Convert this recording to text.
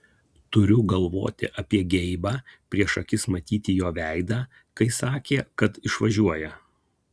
turiu galvoti apie geibą prieš akis matyti jo veidą kai sakė kad išvažiuoja